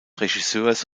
regisseurs